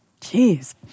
Jeez